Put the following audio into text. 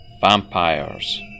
vampires